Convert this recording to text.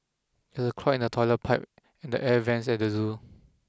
there is a clog in the toilet pipe and the air vents at the zoo